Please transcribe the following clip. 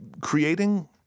creating